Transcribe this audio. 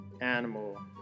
animal